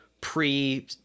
pre